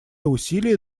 усилия